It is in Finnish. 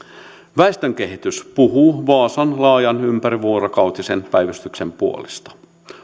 väestönkehitys puhuu vaasan laajan ympärivuorokautisen päivystyksen puolesta